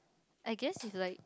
I guess is like